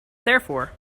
therefore